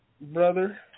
brother